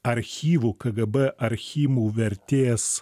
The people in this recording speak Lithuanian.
archyvų kgb archyvų vertės